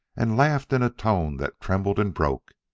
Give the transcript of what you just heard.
and laughed in a tone that trembled and broke.